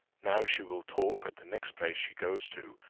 now she will talk, at the next place she goes to,